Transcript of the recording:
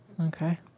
Okay